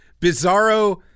Bizarro